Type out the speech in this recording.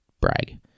brag